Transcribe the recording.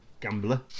gambler